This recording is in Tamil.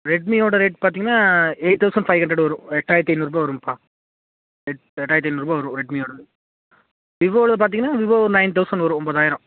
ரெட்மியோடய ரேட் பார்த்தீங்கன்னா எயிட் தௌசண்ட் பைவ் ஹண்ட்ரேடு வரும் எட்டாயிரத்தி ஐநூறு வரும்பா எட் எட்டாயிரத்தி ஐநூறுரூபா வரும் ரெட்மியோடயது விவோவில் பார்த்தீங்கன்னா விவோ நைன் தௌசண்ட் வரும் ஒன்பதாயிரம்